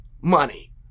money